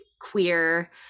queer